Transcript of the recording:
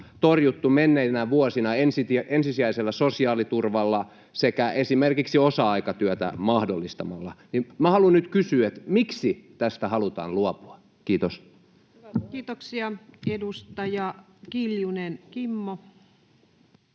torjuttu menneinä vuosina ensisijaisella sosiaaliturvalla sekä esimerkiksi osa-aikatyötä mahdollistamalla. Minä haluan nyt kysyä: miksi tästä halutaan luopua? — Kiitos. [Speech